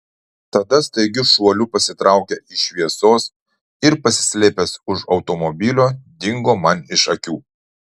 tada staigiu šuoliu pasitraukė iš šviesos ir pasislėpęs už automobilio dingo man iš akių